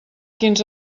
quins